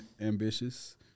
ambitious